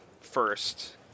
first